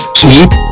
keep